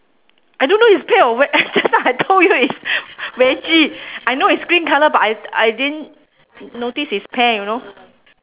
I don't know is pear or veg~ just now I told you is veggie I know is green colour but I I didn't notice is pear you know